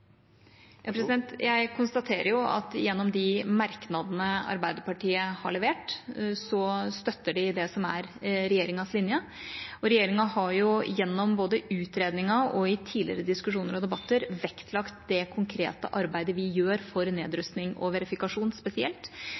har levert, støtter de det som er regjeringas linje. Regjeringa har gjennom både utredningen og i tidligere diskusjoner og debatter vektlagt det konkrete arbeidet vi gjør for nedrustning og verifikasjon, spesielt.